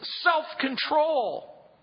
Self-control